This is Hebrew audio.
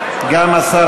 קואליציוניים,